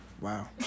Wow